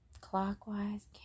clockwise